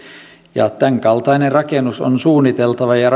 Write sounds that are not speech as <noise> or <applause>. ja tämänkaltainen rakennus on suunniteltava ja <unintelligible>